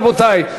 רבותי,